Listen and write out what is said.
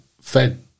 fed